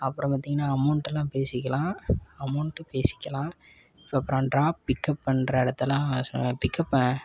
அப்புறம் பார்த்திங்கன்னா அமௌண்ட்டெல்லாம் பேசிக்கலாம் அமௌண்ட்டு பேசிக்கலாம் இப்போ அப்புறம் ட்ராப் பிக்கப் பண்ணுற இடத்தலாம் பிக்கப்